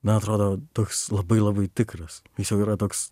na atrodo toks labai labai tikras jis jau yra toks